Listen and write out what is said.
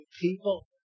people